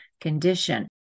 condition